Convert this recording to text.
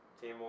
team